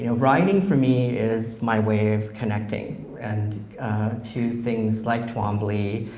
you know writing, for me, is my way of connecting and to things like twombly,